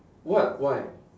what why